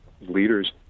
leaders